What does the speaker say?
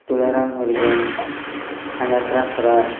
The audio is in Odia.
ତୁଳାରାମ ହରିଜନ୍ ସାଙ୍ଗାତ୍ରା ଖରା